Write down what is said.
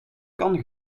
kan